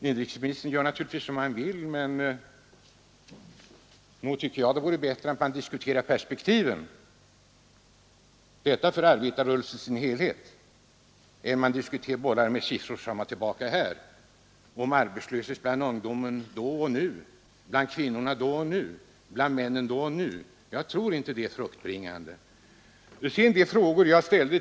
Inrikesministern gör naturligtvis som han vill, men nog tycker jag det vore bättre att diskutera perspektiven — detta för arbetarrörelsen i dess helhet — än att bolla med siffror fram och tillbaka, om arbetslöshet bland ungdomen då och nu, bland kvinnorna då och nu, bland männen då och nu. Jag tror inte det är fruktbringande.